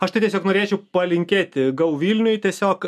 aš tai tiesiog norėčiau palinkėti go vilniuj tiesiog